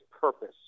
purpose